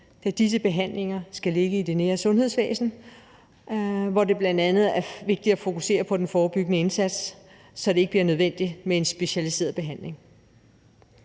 da disse behandlinger skal ligge i det nære sundhedsvæsen, hvor det bl.a. er vigtigt at fokusere på den forebyggende indsats, så det ikke bliver nødvendigt med en specialiseret behandling.